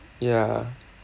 ya